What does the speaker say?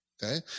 Okay